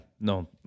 no